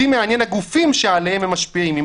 אותי מעניין הגופים שעליהם הם משפיעים עם